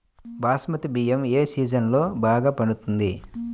బాస్మతి బియ్యం ఏ సీజన్లో బాగా పండుతుంది?